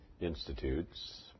institutes